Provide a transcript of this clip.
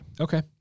Okay